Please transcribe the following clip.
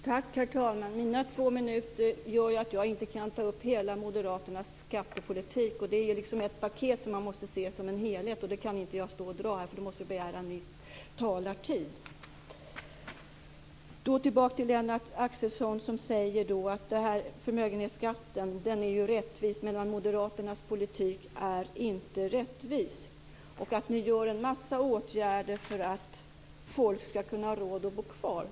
Herr talman! Mina två minuter gör ju att jag inte kan ta upp Moderaternas hela skattepolitik. Det är ett paket som man måste se som en helhet. Det kan jag inte dra nu. Då måste jag begära ny talartid. Så tillbaka till Lennart Axelsson som säger att förmögenhetsskatten är rättvis, medan Moderaternas politik inte är rättvis, och att man vidtar en massa åtgärder för att folk ska ha råd att bo kvar.